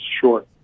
short